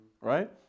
right